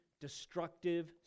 destructive